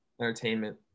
Entertainment